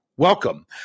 welcome